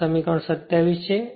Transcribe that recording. આ સમીકરણ 27 છે